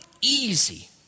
easy